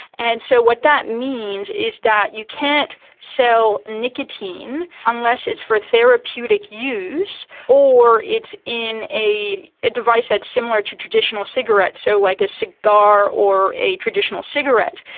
and so what that means is that you can't sell so nicotine unless it's for therapeutic use or it's in a a device that's similar to traditional cigarettes, so like a cigar or a traditional cigarette.